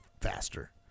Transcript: faster